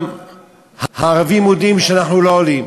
גם הערבים מודים שאנחנו לא עולים.